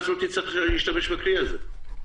ואז לא תצטרך להשתמש בכלי הזה.